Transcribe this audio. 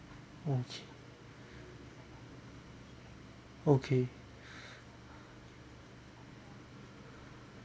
okay okay